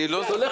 כרטיס,